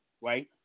Right